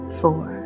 four